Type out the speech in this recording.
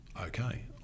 Okay